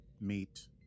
meet